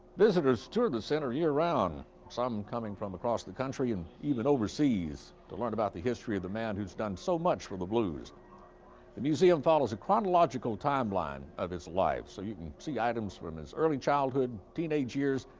visitors tour the center yeah year-round, some coming from across the country and even overseas to learn about the history of the man who has done so much for the blues. them museum follows a chronological timeline of his life so you can see items from his early childhood, teenage years,